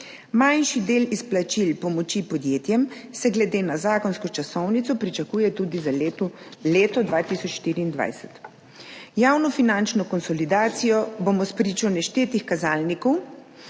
Manjši del izplačil pomoči podjetjem se glede na zakonsko časovnico pričakuje tudi za leto 2024. Javno finančno konsolidacijo bomo spričo neštetih kazalnikov